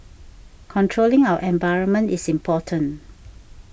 controlling our environment is important